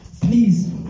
please